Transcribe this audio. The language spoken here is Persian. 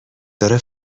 داره